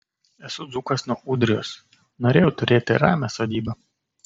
esu dzūkas nuo ūdrijos norėjau turėti ramią sodybą